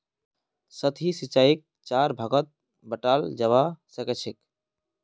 सतही सिंचाईक चार भागत बंटाल जाबा सखछेक